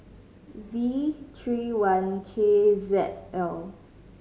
V three one K Z L